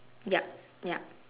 ya ya